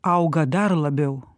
auga dar labiau